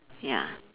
ya